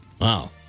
Wow